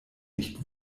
nicht